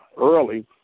early